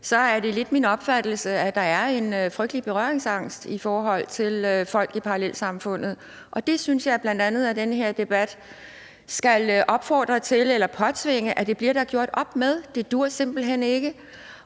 er det lidt min opfattelse, at der er en frygtelig berøringsangst i forhold til folk i parallelsamfundet, og det synes jeg bl.a. at den her debat skal opfordre til eller påtvinge at der bliver gjort op med; det duer simpelt hen ikke.